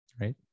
right